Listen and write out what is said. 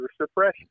suppression